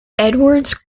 edwards